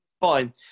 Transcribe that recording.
fine